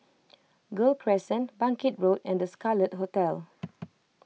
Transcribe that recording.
Gul Crescent Bangkit Road and the Scarlet Hotel